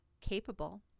capable